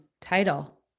title